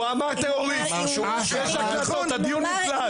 יש הקלטות, הדיון מוקלט.